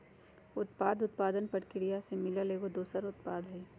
उपोत्पाद उत्पादन परकिरिया से मिलल एगो दोसर उत्पाद हई